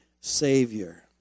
Savior